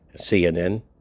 CNN